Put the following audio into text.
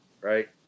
right